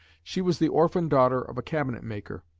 she was the orphan daughter of a cabinetmaker,